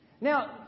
Now